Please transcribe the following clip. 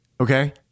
okay